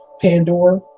Pandora